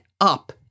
up